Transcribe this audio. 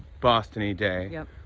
bostony day. yep.